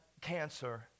cancer